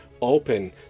open